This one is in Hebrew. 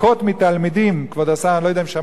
כבוד השר, אני לא יודע אם שמעת את זה, בשבוע שעבר.